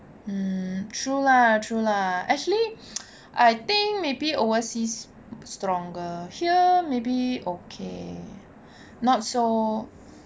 hmm true lah true lah actually I think maybe overseas stronger here maybe okay not so